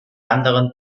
anderen